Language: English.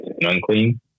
unclean